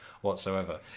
whatsoever